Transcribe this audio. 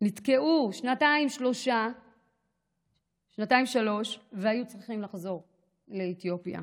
נתקעו שנתיים-שלוש והיו צריכים לחזור לאתיופיה.